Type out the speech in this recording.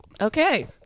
Okay